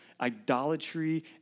idolatry